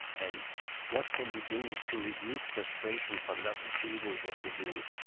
and what can we do to reduce frustration from not achieving what we do?